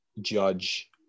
judge